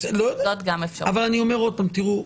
אבל אני אומר עוד פעם: תראו,